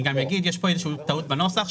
אני גם אומר שיש כאן איזושהי טעות בנוסח.